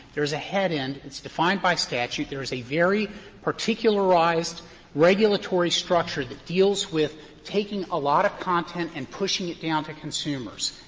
there's a head in. it's defined by statute. there's a very particularized regulatory structure that deals with taking a lot of content and pushing it down to consumers.